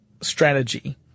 strategy